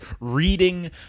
reading